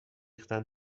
ریختن